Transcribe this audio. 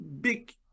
big